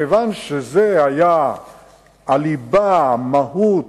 כיוון שזאת היתה הליבה, המהות,